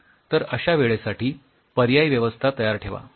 तर अश्या वेळेसाठी पर्यायी व्यवस्था तयार ठेवा